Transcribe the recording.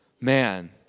man